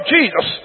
Jesus